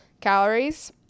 calories